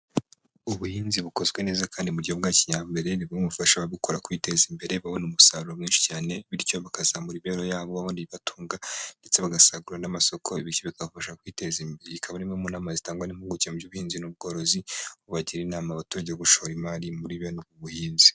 Ubuhinzi bukozwe neza kandi mu buryo bwa kijyambere nibwo bumufasha gukora kwiteza imbere babona umusaruro mwinshi cyane, bityo bakazamura imibereho yabo ubundi ibatunga ndetse bagasagurira n'amasoko bityo bikabafasha kwiteza imbere ikaba arimwe mu nama zitangwa n'impuguke mu by',ubuhinzi n'ubworozi ubagira inama abaturage gushora imari muri bene ubwo buhinzi.